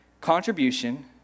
contribution